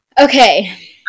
Okay